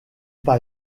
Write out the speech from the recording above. pas